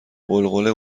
غلغله